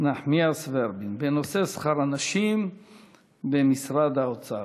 נחמיאס ורבין בנושא: שכר הנשים במשרד האוצר.